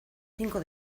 cinco